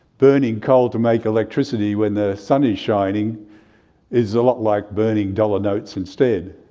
burning coal to make electricity when the sun is shining is a lot like burning dollar notes instead.